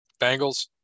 Bengals